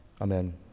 Amen